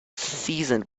seasoned